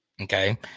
Okay